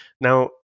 now